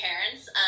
parents